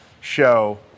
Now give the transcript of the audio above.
show